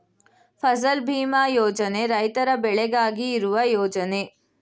ಫಸಲ್ ಭೀಮಾ ಯೋಜನೆ ರೈತರ ಬೆಳೆಗಾಗಿ ಇರುವ ಯೋಜನೆ